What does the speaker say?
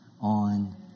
on